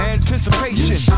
Anticipation